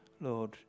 Lord